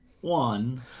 one